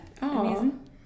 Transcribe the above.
Amazing